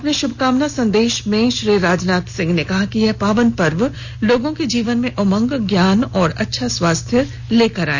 अपने शुभकामना संदेश में श्री राजनाथ सिंह ने कहा कि यह पावन पर्व लोगों के जीवन में उमंग ज्ञान और अच्छा स्वास्थ्य लेकर आए